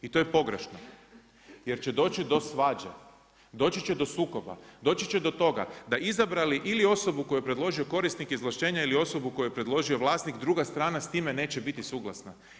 I to je pogrešno jer će doći do svađe, doći će do sukoba, doći će do toga da izabrali ili osobu koju je predložio korisnik izvlaštenja ili osobu koju je predložio vlasnik, druga strana s time neće biti suglasna.